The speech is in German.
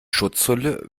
schutzhülle